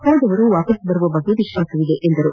ಹೋದವರು ವಾಪಸ್ ಬರುವ ಬಗ್ಗೆ ವಿಶ್ವಾಸವಿದೆ ಎಂದರು